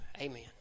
Amen